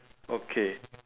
okay